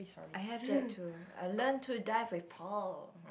I have that too I learn to dive with Paul